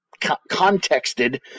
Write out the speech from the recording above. contexted